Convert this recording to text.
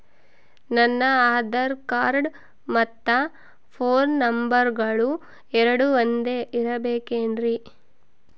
ನನ್ನ ಆಧಾರ್ ಕಾರ್ಡ್ ಮತ್ತ ಪೋನ್ ನಂಬರಗಳು ಎರಡು ಒಂದೆ ಇರಬೇಕಿನ್ರಿ?